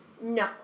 no